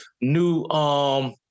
new